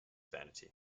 vanity